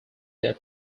their